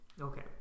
Okay